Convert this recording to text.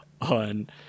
on